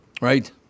Right